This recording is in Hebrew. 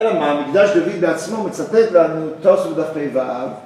המקדש דוד בעצמו מצטט לנו, תוספות דף פ"ו